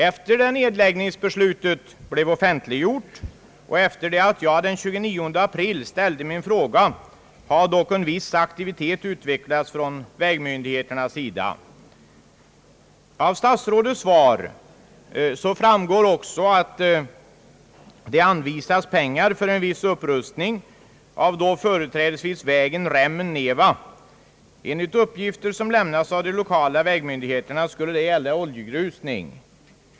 Efter det att nedläggningsbeslutet blev offentliggjort och efter det att jag den 29 april ställde min fråga har dock en viss aktivitet utvecklats från vägmyndigheternas sida. Av statsrådets svar framgår också, att det anvisats pengar för en viss upprustning av då företrädesvis vägen Rämmen —Neva. Enligt uppgifter som lämnats av de lokala vägmyndigheterna skulle det gälla oljegrusning.